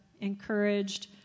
encouraged